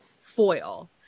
foil